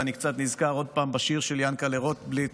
ואני קצת נזכר עוד פעם בשיר של יענקל'ה רוטבליט